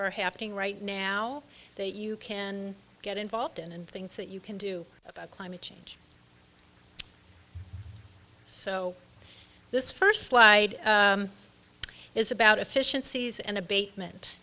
are happening right now that you can get involved in and things that you can do about climate change so this first slide is about efficiencies and abatement